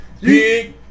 Big